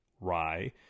rye